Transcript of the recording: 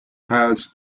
has